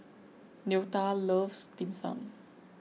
Leota loves Dim Sum